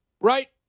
Right